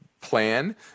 plan